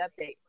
Update